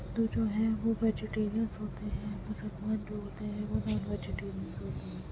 تو جو ہے وہ ویجیٹیرینس ہوتے ہیں مسلمان جو ہوتے ہے وہ نون ویجیٹیرین ہوتے ہیں